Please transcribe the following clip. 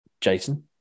Jason